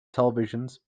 televisions